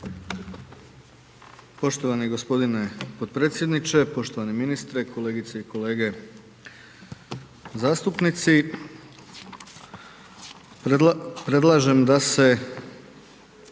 Poštovani g. potpredsjedniče, poštovani ministre, kolegice i kolege zastupnici. Predlažem da se